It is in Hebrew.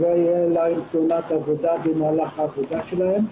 שלא תהיה להם תאונת עבודה במהלך העבודה שלהם.